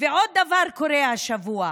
ועוד דבר קורה השבוע: